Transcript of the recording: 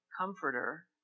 Comforter